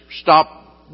stop